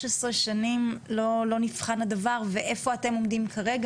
שנים לא נבחן הדבר ואיפה אתם עומדים כרגע,